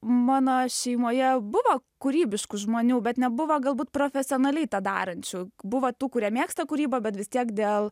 mano šeimoje buvo kūrybiškų žmonių bet nebuvo galbūt profesionaliai tą darančių buvo tų kurie mėgsta kūrybą bet vis tiek dėl